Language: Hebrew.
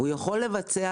הוא יכול לבצע